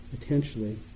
potentially